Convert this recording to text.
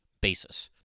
basis